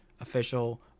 official